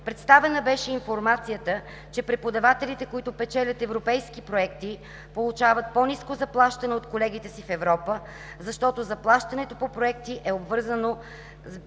Представена беше информацията, че преподавателите, които печелят европейски проекти, получават по-ниско заплащане от колегите си в Европа, защото заплащането по проекти е обвързано с базисните